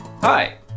Hi